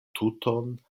tuton